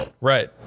Right